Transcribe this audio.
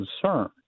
concern